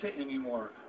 anymore